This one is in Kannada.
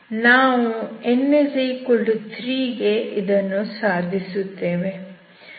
ನಾವು n3 ಗೆ ಇದನ್ನು ಸಾಧಿಸುತ್ತೇವೆ